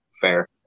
Fair